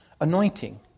anointing